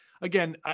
again